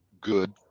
good